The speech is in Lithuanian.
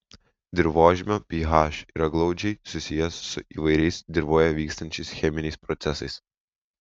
dirvožemio ph yra glaudžiai susijęs su įvairiais dirvoje vykstančiais cheminiais procesais